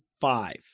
five